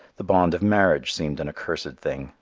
the bond of marriage seemed an accursed thing,